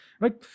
right